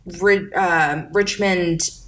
Richmond